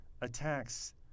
attacks